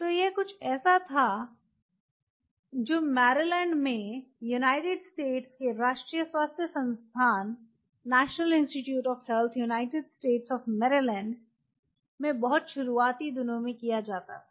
तो यह कुछ ऐसा था जो मैरीलैंड में यूनाइटेड स्टेट्स के राष्ट्रीय स्वास्थ्य संस्थान National Institute of Health United States at Maryland में बहुत शुरुआती दिनों में किया जाता था